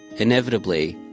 inevitably,